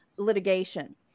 litigation